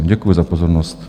Děkuji za pozornost.